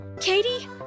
Katie